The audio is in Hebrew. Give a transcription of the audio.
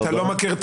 אתה לא מכיר את